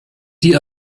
die